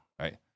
right